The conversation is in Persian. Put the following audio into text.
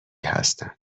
هستن